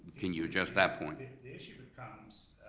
can you adjust that point? and the issue becomes,